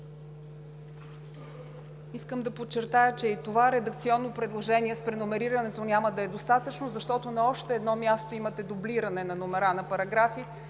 Искам да подчертая, че и това редакционно предложение с преномерирането няма да е достатъчно, защото на още едно място имате дублиране на номера на параграфи,